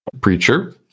preacher